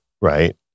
right